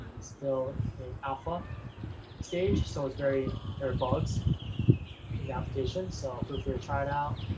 it's still in alpha stage, so it's very there are bugs in the application, so feel free to try it out